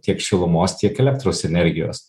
tiek šilumos tiek elektros energijos